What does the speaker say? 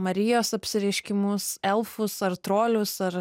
marijos apsireiškimus elfus ar trolius ar